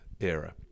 era